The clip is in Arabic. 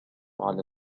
على